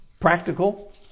practical